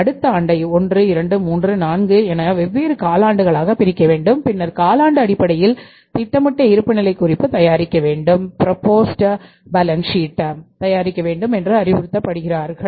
அடுத்த 1 ஆண்டை 1 2 3 மற்றும் 4 என வெவ்வேறு காலாண்டுகளாக பிரிக்க வேண்டும் பின்னர் காலாண்டு அடிப்படையில் திட்டமிட்ட இருப்புநிலைக் குறிப்பு தயாரிக்கவேண்டும்என்று அறிவுறுத்தப்படுகிறார்கள்